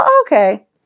okay